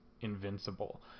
invincible